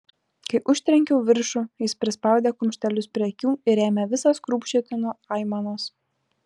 kai užtrenkiau viršų jis prispaudė kumštelius prie akių ir ėmė visas krūpčioti nuo aimanos